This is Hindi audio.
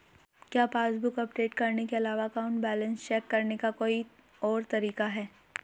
क्या पासबुक अपडेट करने के अलावा अकाउंट बैलेंस चेक करने का कोई और तरीका है?